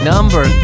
Number